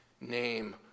name